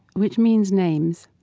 which means names.